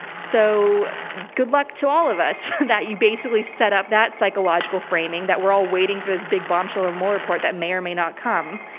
so good luck to all of us that you basically set up that psychological framing that we're all waiting for this big bombshell or mueller report that may or may not come.